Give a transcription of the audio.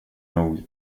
nog